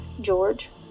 George